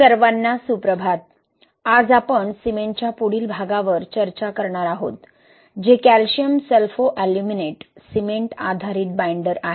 सर्वांना सुप्रभात आज आपण सिमेंटच्या पुढील पिढीवर चर्चा करणार आहोत जे कॅल्शियम सल्फोअल्युमिनेट सिमेंट आधारित बाइंडर Binder